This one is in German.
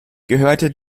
gehörte